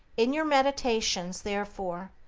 in your meditations, therefore,